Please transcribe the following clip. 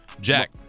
Jack